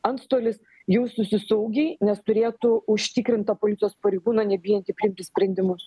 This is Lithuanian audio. antstolis jaustųsi saugiai nes turėtų užtikrintą policijos pareigūną nebijantį priimti sprendimus